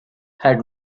had